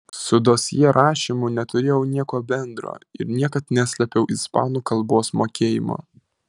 su dosjė rašymu neturėjau nieko bendro ir niekad neslėpiau ispanų kalbos mokėjimo